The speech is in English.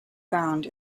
found